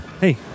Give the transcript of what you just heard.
Hey